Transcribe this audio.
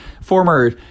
former